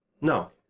No